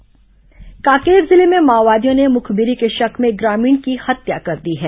माओवादी समाचार कांकेर जिले में माओवादियों ने मुखबिरी के शक में एक ग्रामीण की हत्या कर दी है